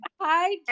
Hi